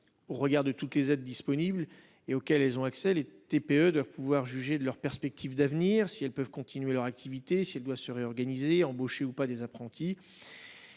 Au regard de toutes les aides disponible et auquel elles ont accès les TPE doivent pouvoir juger de leurs perspectives d'avenir si elles peuvent continuer leur activité si elle doit se réorganiser embauché ou pas des apprentis.